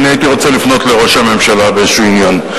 אני הייתי רוצה לפנות לראש הממשלה באיזה עניין.